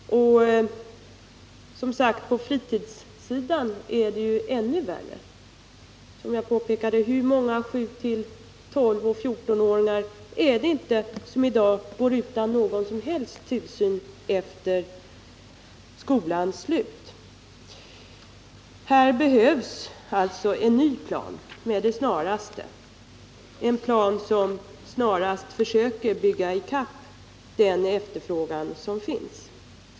På fritidssidan är det, som sagt, ännu värre. Hur många sju-, tolvoch fjortonåringar är det inte som i dag går utan någon som helst tillsyn efter skolans slut? Här behövs alltså med det snaraste en ny plan, en plan som går ut på att fortast möjligt bygga i kapp efterfrågan.